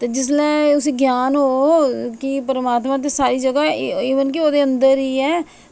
ते जेल्लै उसी ज्ञान होग की परमात्मा ते सारी जगह ऐ ईवन कि ओह्दे अंदर ई ऐ